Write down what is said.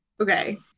Okay